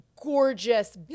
gorgeous